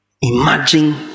imagine